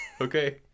Okay